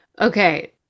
Okay